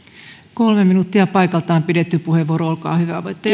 kolme minuuttia paikaltaan pidetty puheenvuoro olkaa hyvä voitte